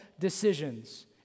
decisions